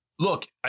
Look